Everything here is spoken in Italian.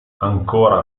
ancora